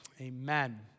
Amen